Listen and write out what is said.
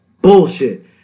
bullshit